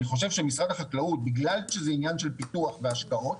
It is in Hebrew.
אני חושב שמשרד החקלאות בגלל שזה עניין של פיתוח והשקעות,